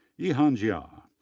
yihan jia,